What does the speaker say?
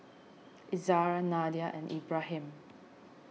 Izzara Nadia and Ibrahim